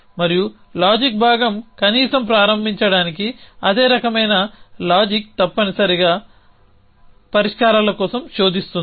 మరియు లాజిక్ భాగం కనీసం ప్రారంభించడానికి అదే రకమైన లాజిక్తప్పనిసరిగా పరిష్కారాల కోసం శోధిస్తుంది